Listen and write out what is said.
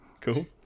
Cool